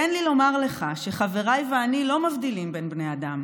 "תן לי לומר לך שחבריי ואני לא מבדילים בין בני האדם.